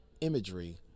imagery